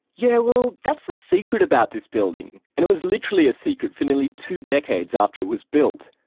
yeah well that's the secret about this building. and it was literally a secret for nearly two decades after it was built.